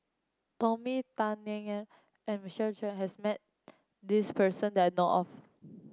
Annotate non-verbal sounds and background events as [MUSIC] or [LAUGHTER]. Tony Tan [UNINTELLIGIBLE] and Michael Chiang has met this person that I know of